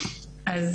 אז